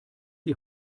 die